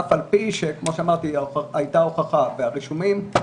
אף על פי שהייתה הוכחה ברישומים,